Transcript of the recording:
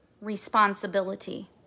responsibility